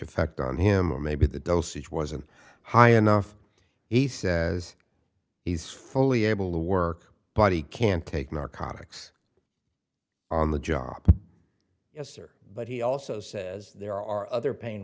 effect on him or maybe the dosage wasn't high enough he says he's fully able to work but he can't take narcotics on the job yes or but he also says there are other pain